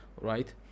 right